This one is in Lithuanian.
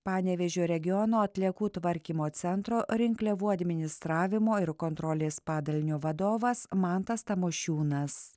panevėžio regiono atliekų tvarkymo centro rinkliavų administravimo ir kontrolės padalinio vadovas mantas tamošiūnas